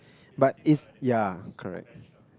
but if ya correct